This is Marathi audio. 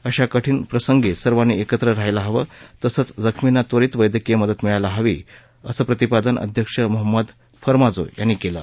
अश्या कठीण प्रसंगी सर्वानी एकत्र राहायला हवं तसंच जखमींना त्वरित वैद्यकीय मदत मिळायला हवी असं प्रतिपादन अध्यक्ष मोहमद फरमाजो यांनी कलि